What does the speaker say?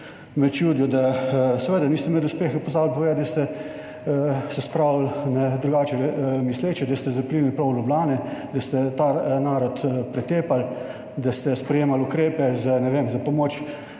me čudi. Seveda niste med uspehi pozabili povedati, da ste se spravili na drugače misleče, da ste zaplinili pol Ljubljani, da ste ta narod pretepali, da ste sprejemali ukrepe za pomoč